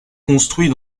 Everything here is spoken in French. construit